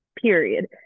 period